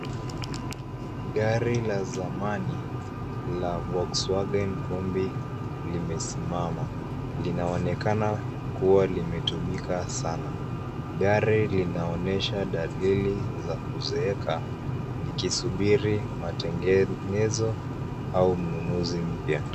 Gari la zamani la Volkswagen Kombi limesimama. Linaonekana kuwa limetumika sana. Gari linaonyesha dalili za kuzeeka likisubiri matengenezo au mnunuzi mpya.